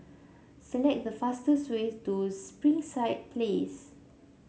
select the fastest way to Springside Place